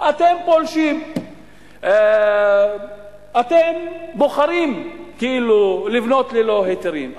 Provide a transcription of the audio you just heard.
אתם פולשים, אתם בוחרים, כאילו, לבנות ללא היתרים.